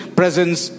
presence